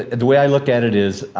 the way i look at it is,